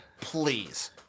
Please